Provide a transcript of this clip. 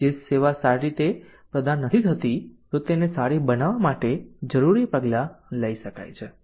જે સેવા સારી રીતે પ્રદાન નથી થતી તો તેને સારી બનાવા માટે જરૂરી પગલા લઇ શકાય છે